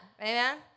Amen